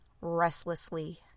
restlessly